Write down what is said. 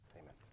Amen